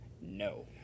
No